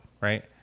right